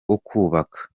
kubaka